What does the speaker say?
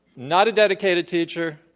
not a dedicated teacher.